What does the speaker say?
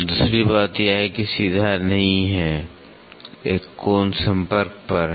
दूसरी बात यह है कि यह सीधा नहीं है एक कोण संपर्क पर है